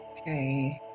okay